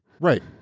Right